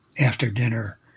after-dinner